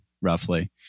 roughly